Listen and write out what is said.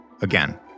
Again